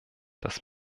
das